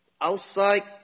outside